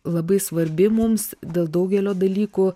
labai svarbi mums dėl daugelio dalykų